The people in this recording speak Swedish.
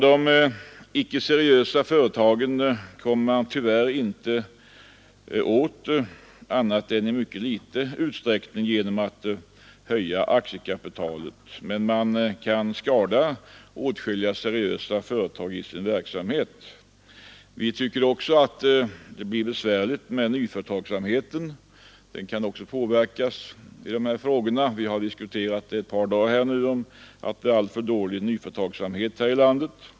De icke seriösa företagen kommer man tyvärr inte åt annat än i mycket liten utsträckning genom att höja aktiekapitalet, men man kan skada åtskilliga seriösa företag i deras verksamhet. Vad värre är, man skadar nyföretagandet. Vi har ett par dagar diskuterat att nyföretagandet är alltför dåligt här i landet.